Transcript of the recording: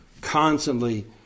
constantly